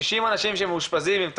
70 אנשים שמאושפזים עם תופעות,